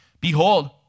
behold